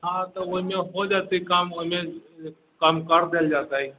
हँ तऽ ओहिमे हो जेतै कम ओहिमे कम कर देल जेतै